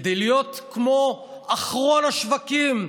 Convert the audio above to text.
כדי להיות כמו באחרון השווקים,